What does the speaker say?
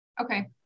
Okay